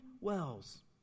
Wells